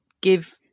give